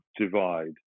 divide